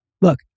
look